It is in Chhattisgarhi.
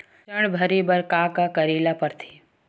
ऋण भरे बर का का करे ला परथे?